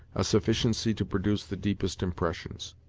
a sufficiency to produce the deepest impressions.